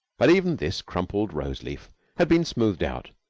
but even this crumpled rose-leaf had been smoothed out,